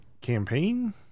campaign